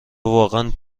واقعا